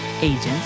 agents